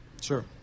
Sure